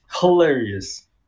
hilarious